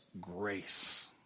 grace